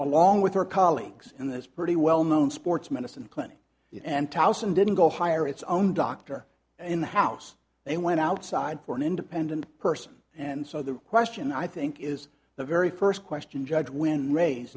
along with her colleagues and that's pretty well known sports medicine clinic and tauzin didn't go higher its own doctor in the house they went outside for an independent person and so the question i think is the very first question judge when rais